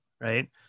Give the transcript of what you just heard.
right